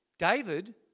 David